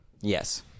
Yes